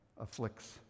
afflicts